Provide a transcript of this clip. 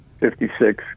56